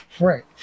right